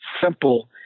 simple